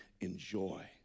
enjoy